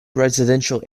residential